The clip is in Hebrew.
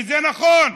וזה נכון.